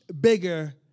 bigger